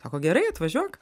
sako gerai atvažiuok